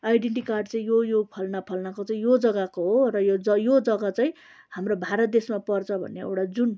identity card चाहिँ यो यो फलना फलनाको चाहिँ यो जग्गाको हो र ज यो जग्गा चाहिँ हाम्रो भारत देशमा पर्छ भन्ने एउटा जुन